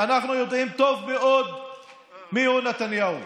אנחנו יודעים טוב מאוד מיהו נתניהו,